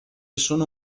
sono